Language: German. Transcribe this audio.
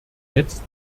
jetzt